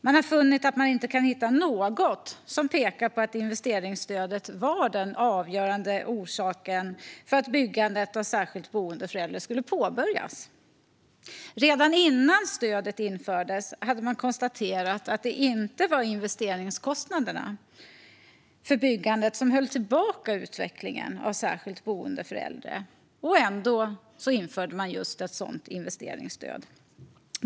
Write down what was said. Man har inte funnit något som pekar på att investeringsstödet var den avgörande orsaken för att byggandet av särskilt boende för äldre skulle påbörjas. Redan innan stödet infördes hade man konstaterat att det inte var investeringskostnaderna för byggandet som höll tillbaka utvecklingen av särskilt boende för äldre. Ändå infördes ett sådant investeringsstöd.